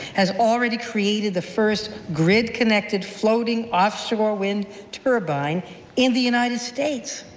has already created the first grid-connected floating offshore wind turbine in the united states.